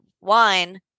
wine